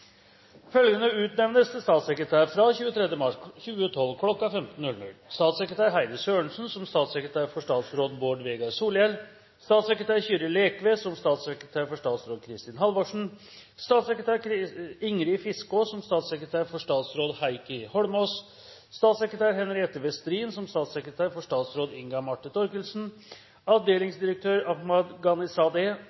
Følgende utnevnes til statssekretærer fra 23. mars 2012 kl. 15.00: Statssekretær Heidi Sørensen som statssekretær for statsråd Bård Vegar Solhjell Statssekretær Kyrre Lekve som statssekretær for statsråd Kristin Halvorsen Statssekretær Ingrid Fiskaa som statssekretær for statsråd Heikki Holmås Statssekretær Henriette Westhrin som statssekretær for statsråd Inga Marte Thorkildsen Avdelingsdirektør Ahmad Ghanizadeh som statssekretær for statsråd Inga